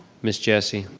ms. jessie.